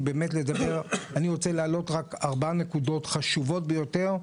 אני רוצה להעלות רק ארבע נקודות חשובות ביותר,